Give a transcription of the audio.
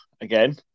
again